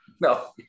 No